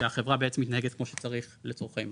שהחברה בעצם מתנהגת כמו שצריך לצורכי מס.